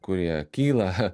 kurie kyla